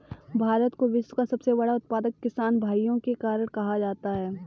भारत को विश्व का सबसे बड़ा उत्पादक किसान भाइयों के कारण कहा जाता है